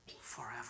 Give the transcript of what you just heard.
forever